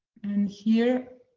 and here.